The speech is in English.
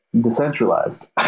decentralized